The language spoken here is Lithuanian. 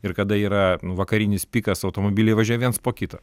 ir kada yra vakarinis pikas automobiliai važiuoja viens po kito